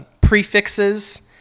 prefixes